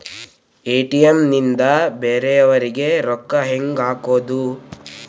ATM ನಿಂದ ಬೇರೆಯವರಿಗೆ ರೊಕ್ಕ ಹೆಂಗ್ ಹಾಕೋದು?